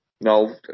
no